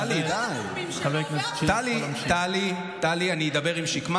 חבר הכנסת שירי, אתה יכול להמשיך.